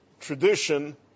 Tradition